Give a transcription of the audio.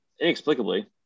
Inexplicably